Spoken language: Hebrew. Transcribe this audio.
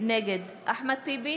נגד אחמד טיבי,